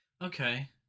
Okay